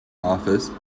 office